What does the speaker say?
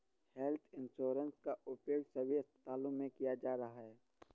health insurance का उपयोग सभी अस्पतालों में किया जा रहा है